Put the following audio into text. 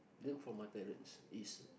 learn from my parents is